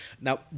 Now